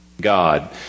God